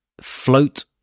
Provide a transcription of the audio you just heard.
Float